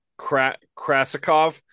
krasikov